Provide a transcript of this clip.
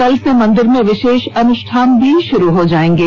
कल से मंदिर में विशेष अनुष्ठान भी शुरू हो जांएगे